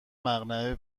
مقنعه